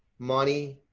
money,